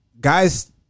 Guys